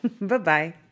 Bye-bye